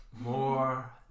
More